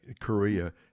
Korea